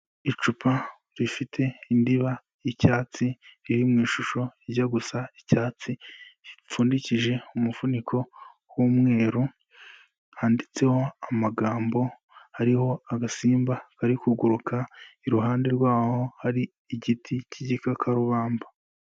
Icupa rifite indiba y'icyatsi, riri mu ishusho ijya gusa icyatsi, ripfundikije umuvuniko w'umweru, handitseho amagambo, hariho agasimba kari kuguruka, iruhande rwaho hari igiti cy'igikakarubamba.